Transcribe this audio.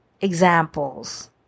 examples